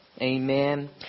Amen